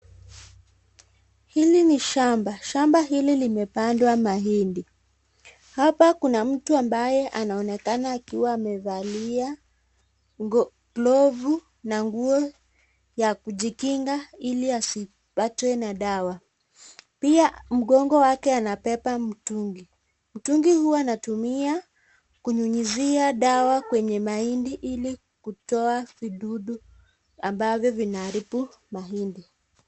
Hili ni shamba, shamba hili limepandwa mahindi. Hapa kuna mtu ambaye anaonekana akiwa amevalia glovu na nguo ya kujikinga ili asipatwe na dawa. Pia mgongo wake anapepa mtungi. Mtungi huo anatumia kunyunyizia dawa kwenye mahindi ili kutoa vidudu ambavyo vinaaribu mahindi.